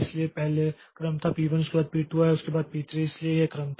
इसलिए पहले क्रम था P1 उसके बाद P2 आया उसके बाद P3 था इसलिए यह क्रम था